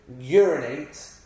urinate